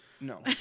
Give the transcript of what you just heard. No